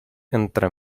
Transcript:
entre